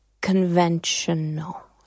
conventional